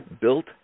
built